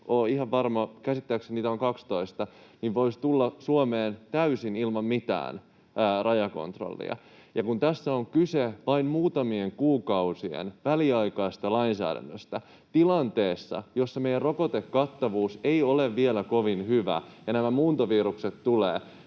ole ihan varma, käsittääkseni niitä on 12 — voisi tulla Suomeen täysin ilman mitään rajakontrollia. Ja kun tässä on kyse vain muutamien kuukausien väliaikaisesta lainsäädännöstä tilanteessa, jossa meidän rokotekattavuus ei ole vielä kovin hyvä ja nämä muuntovirukset tulevat,